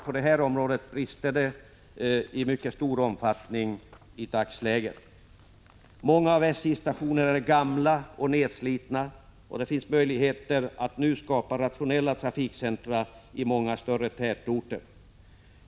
På det här området brister det i stor omfattning i dag. Många av SJ:s stationer är gamla och nedslitna, och det finns nu möjligheter att skapa rationella trafikcentra i många större tätorter.